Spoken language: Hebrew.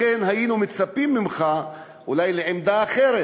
לכן היינו מצפים ממך אולי לעמדה אחרת.